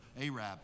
ARAB